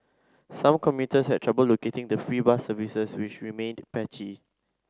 some commuters had trouble locating the free bus services which remained patchy